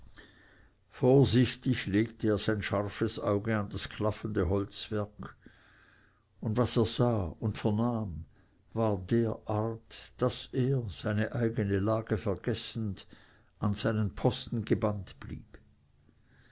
vorsichtig legte er sein scharfes auge an das klaffende holzwerk und was er sah und vernahm war derart daß er seine eigene lage vergessend an seinen posten gebannt blieb